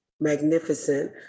magnificent